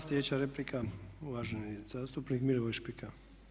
Sljedeća replika je uvaženi zastupnik Milivoj Špika.